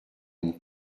mon